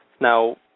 Now